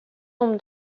nombre